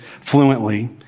fluently